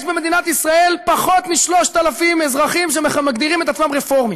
יש במדינת ישראל פחות מ-3,000 אזרחים שמגדירים את עצמם רפורמים.